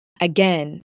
again